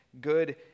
good